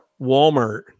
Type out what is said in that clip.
Walmart